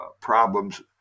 problems